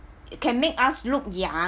it can make us look young